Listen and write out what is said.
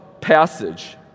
passage